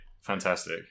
Fantastic